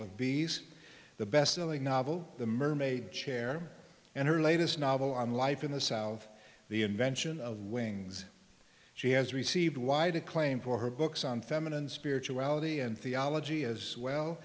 of bees the bestselling novel the mermaid chair and her latest novel on life in the south the invention of wings she has received wide acclaim for her books on feminine spirituality and theology as well